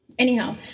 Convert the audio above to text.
Anyhow